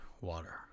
Water